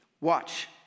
watch